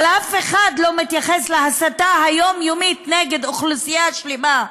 אבל אף אחד לא מתייחס להסתה היומיומית נגד אוכלוסייה שלמה,